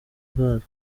bwazo